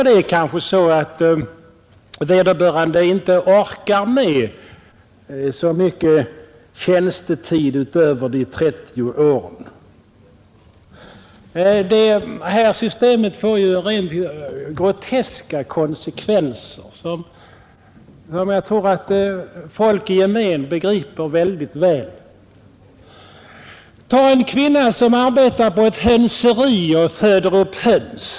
Det är kanske så att vederbörande inte orkar med så mycket tjänstetid utöver de åren. Det nuvarande systemet har rent groteska konsekvenser, som jag tror att folk i gemen begriper väldigt väl. Tag en kvinna som arbetar på ett hönseri och föder upp höns.